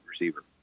receiver